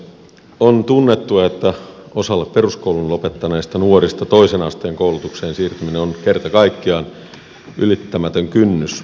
on tunnettua että osalla peruskoulun lopettaneista nuorista toisen asteen koulutukseen siirtyminen on kerta kaikkiaan ylittämätön kynnys